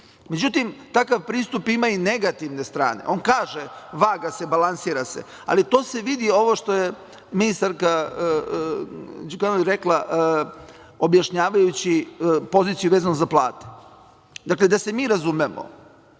pristupa.Međutim, takav pristup ima i negativne strane on kaže – vaga se balansira se, ali to se vidi ovo što je ministarka Đukanović rekla objašnjavajući poziciju vezano za plate. Dakle, da se mi razumemo